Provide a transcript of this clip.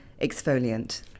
exfoliant